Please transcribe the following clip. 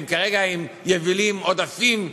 הם כרגע עם יבילים עודפים,